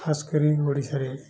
ଖାସ କରି ଓଡ଼ିଶାରେ